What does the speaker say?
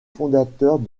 fondateurs